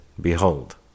behold